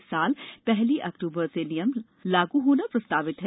इस साल पहली अक्टूबर से नियम लागू होना प्रस्तावित है